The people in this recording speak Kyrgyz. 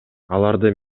аларды